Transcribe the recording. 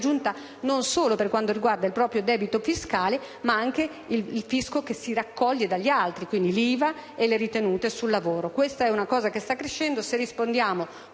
non solo per quanto riguarda il proprio debito fiscale ma anche il fisco che si raccoglie dagli altri: quindi anche l'IVA e le ritenute sul lavoro. Questo fenomeno sta crescendo: